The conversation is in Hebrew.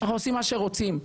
עושים מה שרוצים.